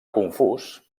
confús